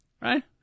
Right